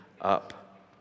up